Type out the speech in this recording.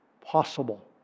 possible